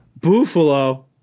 Buffalo